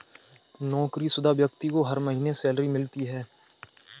नौकरीशुदा व्यक्ति को हर महीने सैलरी मिलती है